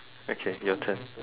okay your turn